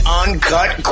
uncut